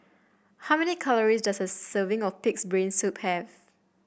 how many calories does a serving of pig's brain soup have